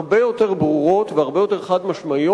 הרבה יותר ברורות והרבה יותר חד-משמעיות,